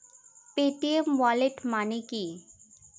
Paytm wallet মানে কি?